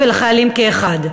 לחיילים ולמפקדים כאחד.